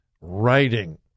writing